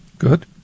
Good